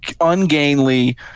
ungainly